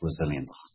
resilience